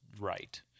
right